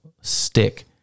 stick